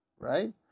right